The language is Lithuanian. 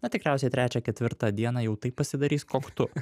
na tikriausiai trečią ketvirtą dieną jau tai pasidarys koktu